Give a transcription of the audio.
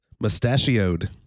Mustachioed